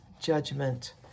judgment